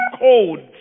codes